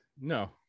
no